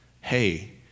hey